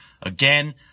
Again